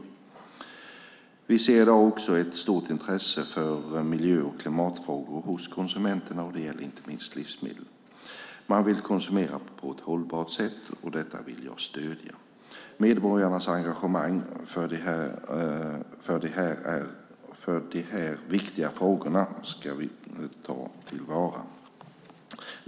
Vi ser i dag också ett stort intresse för miljö och klimatfrågor hos konsumenterna, och det gäller inte minst livsmedel. Man vill konsumera på ett hållbart sätt, och detta vill jag stödja. Medborgarnas engagemang för de här viktiga frågorna ska vi ta till vara.